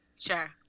Sure